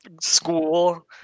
school